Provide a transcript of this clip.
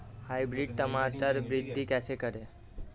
Hybrid टमाटर में वृद्धि कैसे करें?